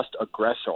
aggressor